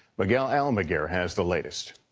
miguel almaguer has the latest.